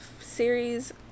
series